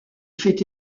fait